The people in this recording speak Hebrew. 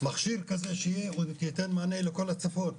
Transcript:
מכשיר כזה שייתן מענה לכל הצפון.